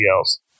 else